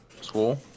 school